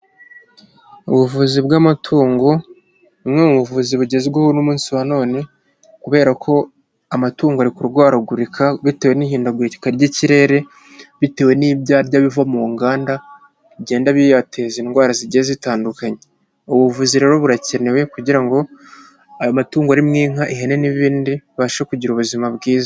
Ubuvuzi bw'amatungo ni bumwe mu buvuzi bugezweho n'umunsi wa none, kubera ko amatungo arikurwaragurika bitewe n'ihindagurika ry'ikirere, bitewe n'ibyarya biva mu nganda bigenda biyateza indwara zijye zitandukanye. Ubuvuzi rero burakenewe kugira ngo ayo matungo arimo inka ihene n'ibindi bibashe kugira ubuzima bwiza.